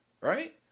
right